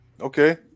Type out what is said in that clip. Okay